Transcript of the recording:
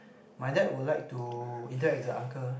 my dad would like to interact with the uncle